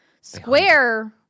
Square